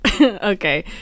Okay